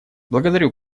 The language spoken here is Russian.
благодарю